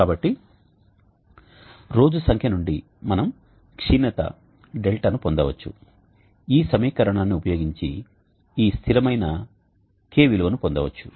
కాబట్టి రోజు సంఖ్య నుండి మనం క్షీణత 𝛿 ను పొందవచ్చు ఈ సమీకరణాన్ని ఉపయోగించి ఈ స్థిరమైన k విలువను పొందవచ్చు